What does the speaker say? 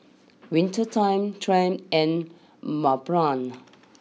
Winter time Triumph and Mont Blanc